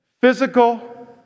physical